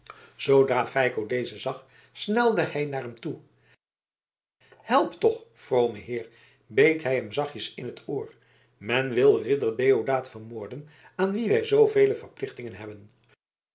zoodra feiko dezen zag snelde hij naar hem toe help toch vrome heer beet hij hem zachtjes in t oor men wil ridder deodaat vermoorden aan wien wij zoovele verplichtingen hebben